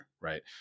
right